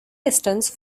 distance